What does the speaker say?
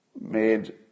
made